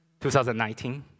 2019